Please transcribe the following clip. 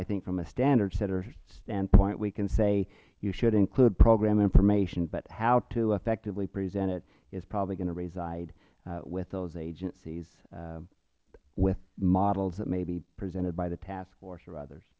i think from a standard setter standpoint we can say you should include program information but how to effectively present it is probably going to reside with those agencies with models that may be presented by the task force or others